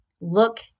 look